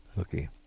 Okay